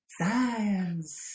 Science